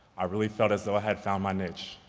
i really felt as though i had found my niche,